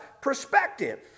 perspective